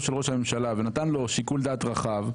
של ראש הממשלה ונתן לו שיקול דעת רחב,